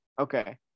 Okay